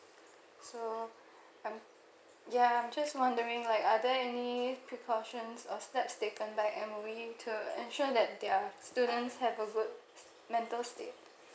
so I'm ya I'm just wondering like are there any precautions or steps taken by M_O_E to ensure that their students have a good mental state